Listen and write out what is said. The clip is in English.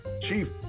chief